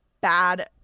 bad